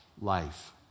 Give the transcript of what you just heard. life